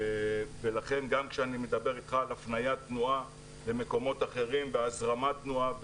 ולכן גם כשאני מדבר איתך על הפניית תנועה למקומות אחרים והזרמת תנועה,